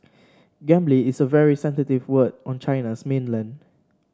gambling is a very sensitive word on China's mainland